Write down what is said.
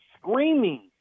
screaming